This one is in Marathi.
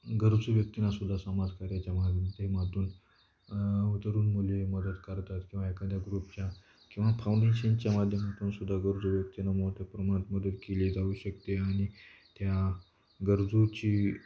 गरजू व्यक्तीनासुदा समाजकार्याच्या माध्यमातून उतरून मुले मदत करतात किंवा एखाद्या ग्रुपच्या किंवा फाउंडेशनच्या माध्यमातूनसुद्धा गरजू व्यक्तीना मोठ्या प्रमाणात मदत केली जाऊ शकते आणि त्या गरजूची